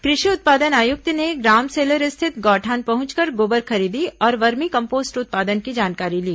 कृषि उत्पादन आयुक्त ने ग्राम सेलर स्थित गौठान पहुंचकर गोबर खरीदी और वर्मी कम्पोस्ट उत्पादन की जानकारी ली